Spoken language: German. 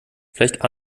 vielleicht